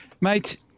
mate